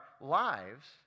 lives